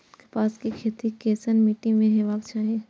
कपास के खेती केसन मीट्टी में हेबाक चाही?